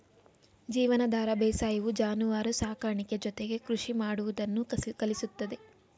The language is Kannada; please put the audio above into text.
ಜೀವನಾಧಾರ ಬೇಸಾಯವು ಜಾನುವಾರು ಸಾಕಾಣಿಕೆ ಜೊತೆಗೆ ಕೃಷಿ ಮಾಡುವುದನ್ನು ಕಲಿಸುತ್ತದೆ